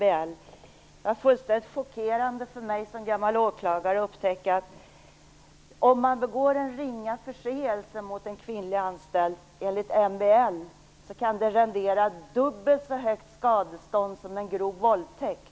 Det var fullständigt chockerande för mig som gammal åklagare att upptäcka att om man begår en ringa förseelse mot en kvinnlig anställd enligt MBL kan det rendera dubbelt så högt skadestånd som en grov våldtäkt.